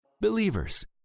Believers